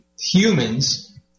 humans